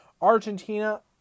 Argentina